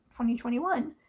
2021